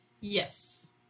Yes